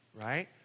Right